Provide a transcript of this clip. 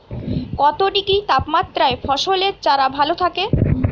কত ডিগ্রি তাপমাত্রায় ফসলের চারা ভালো থাকে?